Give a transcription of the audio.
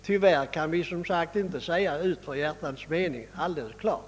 Tyvärr kan vi som jag sade inte säga ut vårt hjärtas mening alldeles klart.